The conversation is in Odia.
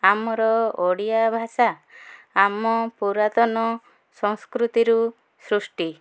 ଆମର ଓଡ଼ିଆ ଭାଷା ଆମ ପୁରାତନ ସଂସ୍କୃତିରୁ ସୃଷ୍ଟି